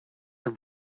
are